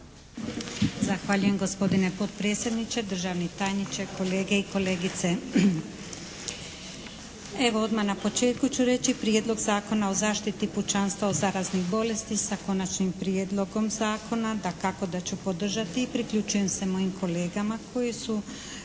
Zahvaljujem gospodine potpredsjedniče, državni tajniče, kolege i kolegice. Evo, odmah na početku ću reći Prijedlog zakona o zaštiti pučanstva od zaraznih bolesti sa konačnim prijedlogom zakona dakako da ću podržati i priključujem se mojim kolegama koji su